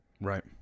Right